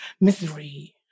misery